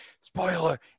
Spoiler